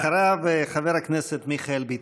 אחריו, חבר הכנסת מיכאל ביטון.